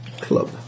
club